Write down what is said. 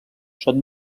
són